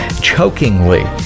chokingly